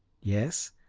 yes?